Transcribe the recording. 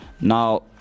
now